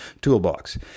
toolbox